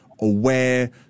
aware